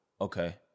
okay